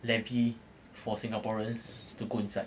levy for singaporeans to go inside